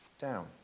down